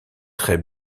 très